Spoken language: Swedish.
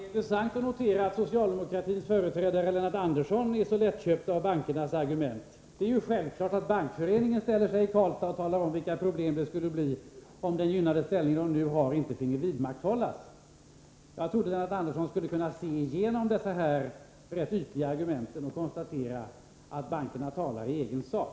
Herr talman! Det är intressant att notera att socialdemokratins företrädare Lennart Andersson så lätt ”köper” bankernas argument. Det är självklart att Bankföreningen i Karlstad talar om vilka problem som skulle uppstå, om den gynnade ställning som de nu har inte finge vidmakthållas. Jag trodde att Lennart Andersson skulle kunna se igenom de rätt ytliga argument som anförs och konstatera att bankerna talar i egen sak.